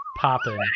popping